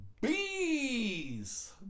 bees